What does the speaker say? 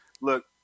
Look